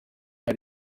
aha